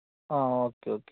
ആ okay okay